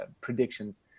predictions